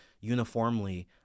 uniformly